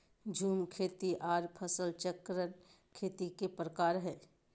झूम खेती आर फसल चक्रण खेती के प्रकार हय